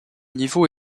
niveau